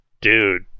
dude